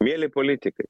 mieli politikai